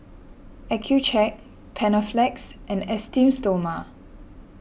Accucheck Panaflex and Esteem Stoma